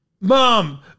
Mom